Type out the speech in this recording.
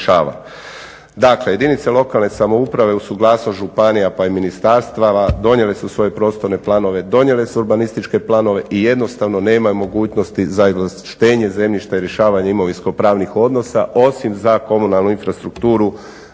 Dakle, jedinice lokalne samouprave uz suglasnost županija pa i ministarstava donijele su svoje prostorne planove, donijele su urbanističke planove i jednostavno nemaju mogućnosti za izvlaštenje zemljišta i rješavanje imovinsko-pravnih odnosa osim za komunalnu infrastrukturu,